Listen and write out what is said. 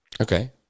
Okay